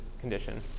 condition